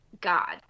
God